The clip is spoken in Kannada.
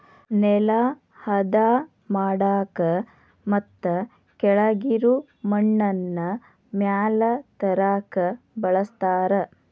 ನೆಲಾ ಹದಾ ಮಾಡಾಕ ಮತ್ತ ಕೆಳಗಿರು ಮಣ್ಣನ್ನ ಮ್ಯಾಲ ತರಾಕ ಬಳಸ್ತಾರ